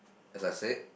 as I said